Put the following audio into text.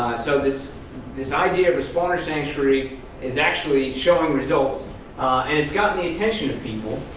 so this this idea of a spawner sanctuary is actually showing results and it's gotten the attention of people.